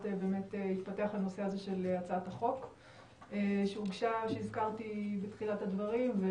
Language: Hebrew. התפתח הנושא של הצעת החוק שהזכרתי בתחילת הדברים.